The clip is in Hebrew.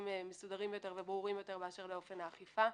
מסודרים יותר וברורים יותר באשר לאופן האכיפה.